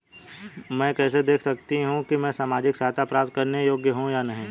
मैं कैसे देख सकती हूँ कि मैं सामाजिक सहायता प्राप्त करने के योग्य हूँ या नहीं?